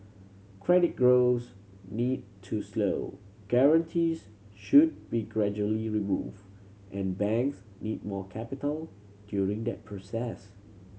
credit growth need to slow guarantees should be gradually removed and banks need more capital during that process